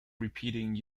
repeating